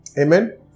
Amen